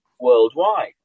worldwide